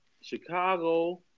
Chicago